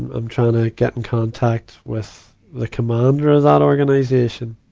i'm trying to get in contact with the commander of that organization,